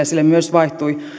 sille myös vaihtui